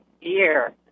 year